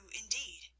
indeed